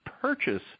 purchase